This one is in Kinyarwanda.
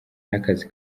n’akazi